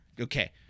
Okay